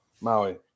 maui